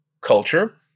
culture